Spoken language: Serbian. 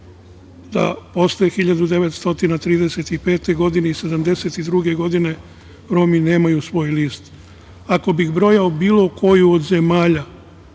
da posle 1935. godine i 1972. godine Romi nemaju svoj list. Ako bih brojao bilo koju od zemalja